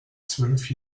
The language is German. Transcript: zwölf